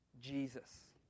Jesus